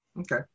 Okay